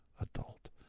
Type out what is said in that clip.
adult